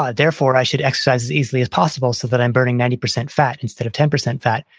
ah therefore, i should exercise as easily as possible so that i'm burning ninety percent fat instead of ten percent fat.